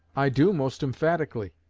i do, most emphatically